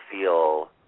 feel